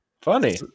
funny